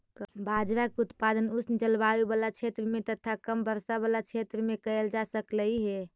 बाजरा के उत्पादन उष्ण जलवायु बला क्षेत्र में तथा कम वर्षा बला क्षेत्र में कयल जा सकलई हे